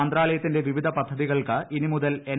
മന്ത്രാലയത്തിന്റെ വിവിധ പദ്ധതികൾക്ക് ഇനിമുതൽ എൻ